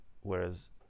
whereas